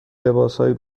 لباسهای